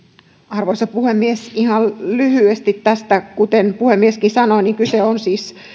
arvoisa puhemies ihan lyhyesti tästä kuten puhemieskin sanoi kyse on siis